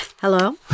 Hello